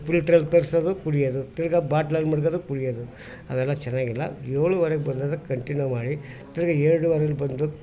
ಆ ಫಿಲ್ಟ್ರಲ್ಲಿ ತರಿಸೋದು ಕುಡಿಯೋದು ತಿರ್ಗಿ ಬಾಟ್ಲಲ್ಲಿ ಮಡ್ಗೋದು ಕುಡಿಯೋದು ಅದೆಲ್ಲ ಚೆನ್ನಾಗಿಲ್ಲ ಏಳುವರೆಗೆ ಬಂದದ್ದೆ ಕಂಟಿನ್ಯು ಮಾಡಿ ತಿರ್ಗಿ ಎರಡುವರೆಲಿ ಬಂದು